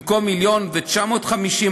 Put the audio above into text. במקום 1.95 מיליון,